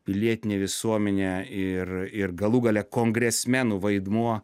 pilietinė visuomenė ir ir galų gale kongresmenų vaidmuo